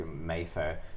mayfair